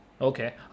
Okay